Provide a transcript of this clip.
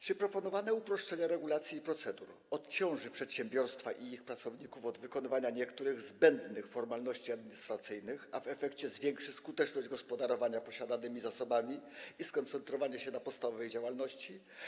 Czy proponowane uproszczenie regulacji i procedur odciąży przedsiębiorstwa i ich pracowników, uwolni od wykonywania niektórych zbędnych formalności administracyjnych, a w efekcie - zwiększy skuteczność gospodarowania posiadanymi zasobami i umożliwi skoncentrowanie się na podstawowej działalności?